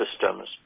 systems